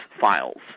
files